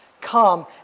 come